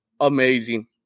Amazing